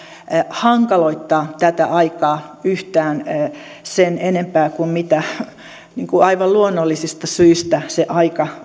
hankaloittaa tätä aikaa yhtään sen enempää kuin mitä aivan luonnollisista syistä se aika